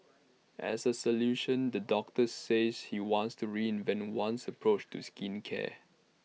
as A solution the doctor says he wants to reinvent one's approach to skincare